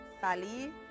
salí